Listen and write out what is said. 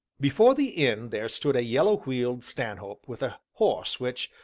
before the inn there stood a yellow-wheeled stanhope with a horse which,